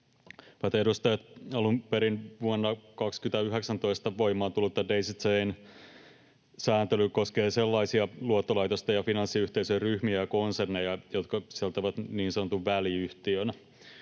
Hyvät edustajat! Alun perin vuonna 2019 voimaan tullut Daisy Chain ‑sääntely koskee sellaisia luottolaitosten ja finanssiyhteisöjen ryhmiä ja konserneja, jotka sisältävät niin sanotun väliyhtiön.